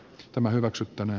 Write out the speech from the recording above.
tämä hyväksyttäneen